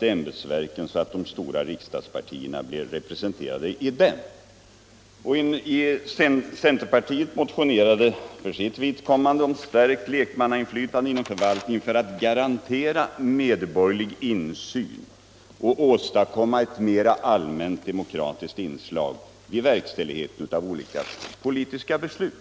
betsverken så att de stora riksdagspartierna blev representerade i dessa. Centerpartiet motionerade för sitt vidkommande om stärkt lekmannainflytande inom förvaltningen för att garantera medborgerlig insyn och åstadkomma ett mera allmänt demokratiskt inslag i verkställigheten av olika politiska beslut.